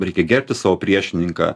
reikia gerbti savo priešininką